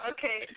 Okay